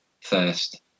first